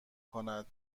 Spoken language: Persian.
کند